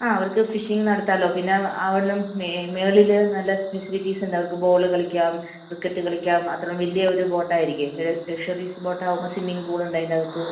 ആ അവർക്ക് ഫിഷിംഗ് നടത്താമല്ലോ പിന്നെ അവനും മേ മുകളിൽ നല്ല ഫെസിലിറ്റീസ് ഉണ്ടവർക്ക് ബോൾ കളിക്കാം ക്രിക്കറ്റ് കളിക്കാം അത്ര വലിയ ഒരു ബോട്ട് ആയിരിക്കും ഒരു ലക്ഷറീസ് ബോട്ട് ആവുമ്പം സ്വിമ്മിംഗ് പൂൾ ഉണ്ട് അതിൻറെ അകത്ത്